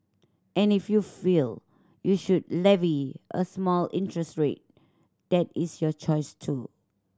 and if you feel you should levy a small interest rate that is your choice too